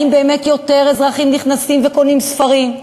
האם באמת יותר אזרחים נכנסים וקונים ספרים?